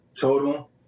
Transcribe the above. total